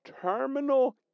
Terminal